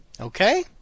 okay